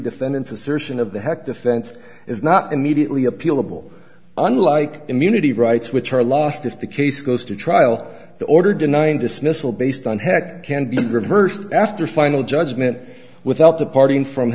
defendants assertion of the heck defense is not immediately appealable unlike immunity rights which are lost if the case goes to trial the order denying dismissal based on heck can be reversed after final judgment without departing from